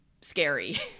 scary